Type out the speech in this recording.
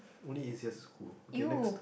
only in secondary school okay next